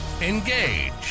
engage